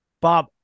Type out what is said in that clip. Bob